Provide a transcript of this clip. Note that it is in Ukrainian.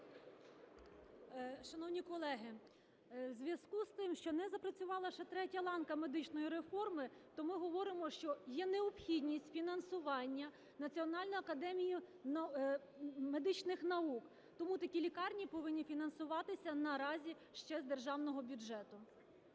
Шановні колеги, у зв'язку з тим, що не запрацювала ще третя ланка медичної реформи, то ми говоримо, що є необхідність фінансування Національною академією медичних наук, тому такі лікарні повинні фінансуватися наразі ще з державного бюджету.